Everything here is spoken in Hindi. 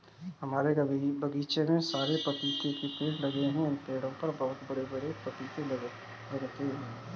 हमारे बगीचे में बहुत सारे पपीते के पेड़ लगे हैं इन पेड़ों पर बहुत बड़े बड़े पपीते लगते हैं